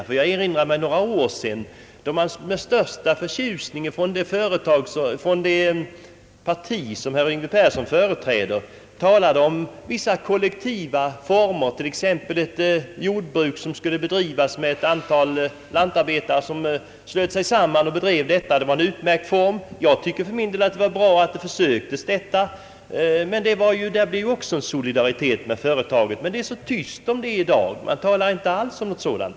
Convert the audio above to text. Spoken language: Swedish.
För några år sedan talade det parti som herr Yngve Persson företräder med förtjusning om vissa kollektiva former, t.ex. ett jordbruk som skulle drivas av ett antal lantarbetare som slöt sig samman. Det var en utmärkt form. Jag tycker för min del att det var bra att detta försök gjordes. Men även i det fallet måste det ju bli tal om en solidaritet mot företaget. Det är dock så tyst om detta i dag. Man talar inte alls om det.